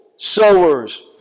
sowers